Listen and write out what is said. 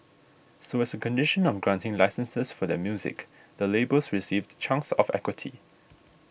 so as a condition of granting licences for their music the labels received chunks of equity